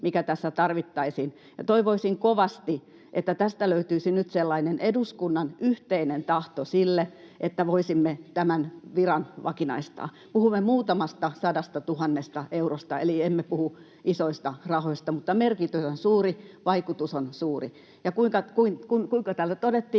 mikä tässä tarvittaisiin, ja toivoisin kovasti, että tästä löytyisi nyt sellainen eduskunnan yhteinen tahto sille, että voisimme tämän viran vakinaistaa. Puhumme muutamasta sadastatuhannesta eurosta, eli emme puhu isoista rahoista, mutta merkitys on suuri, vaikutus on suuri. Ja kuinka täällä todettiinkaan